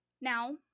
Now